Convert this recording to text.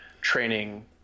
training